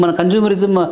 consumerism